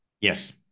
Yes